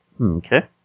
Okay